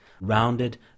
rounded